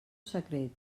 secret